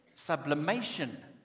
sublimation